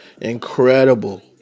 Incredible